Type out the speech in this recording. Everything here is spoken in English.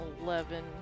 eleven